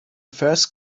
first